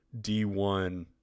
D1